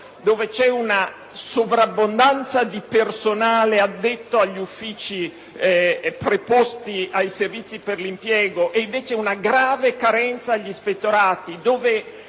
vi è sovrabbondanza di personale addetto agli uffici preposti ai servizi per l'impiego, vi è grave carenza agli ispettorati